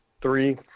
Three